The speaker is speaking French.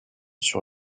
sur